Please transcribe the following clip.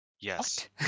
Yes